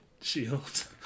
shield